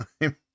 time